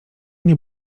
nie